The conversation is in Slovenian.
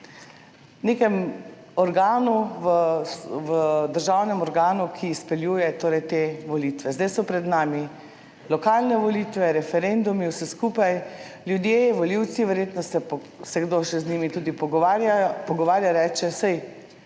nekem organu, državnem organu, ki izpeljuje torej te volitve. Zdaj so pred nami lokalne volitve, referendumi, vse skupaj. Ljudje, volivci verjetno se kdo še z njimi tudi pogovarja, reče, saj